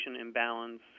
imbalance